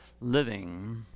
Living